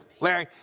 Larry